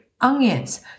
onions